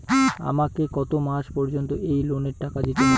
আমাকে কত মাস পর্যন্ত এই লোনের টাকা দিতে হবে?